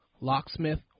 Locksmith